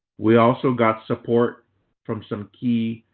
we also got support from some key